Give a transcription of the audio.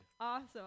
Awesome